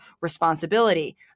responsibility